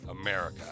America